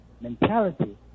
mentality